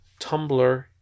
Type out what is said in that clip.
Tumblr